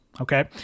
Okay